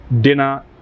dinner